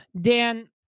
Dan